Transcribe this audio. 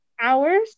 hours